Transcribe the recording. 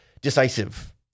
decisive